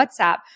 WhatsApp